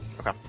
Okay